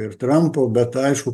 ir trampo bet aišku